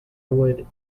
would